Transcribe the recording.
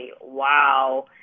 wow